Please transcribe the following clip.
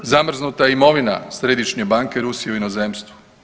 Zamrznuta je imovina Središnje banke Rusije u inozemstvu.